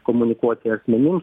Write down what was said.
komunikuoti asmenims